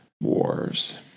wars